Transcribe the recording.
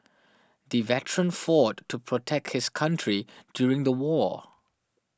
the veteran fought to protect his country during the war